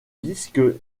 disque